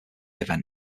event